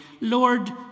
Lord